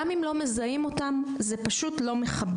גם אם לא מזהים אותם, זה פשוט לא מכבד.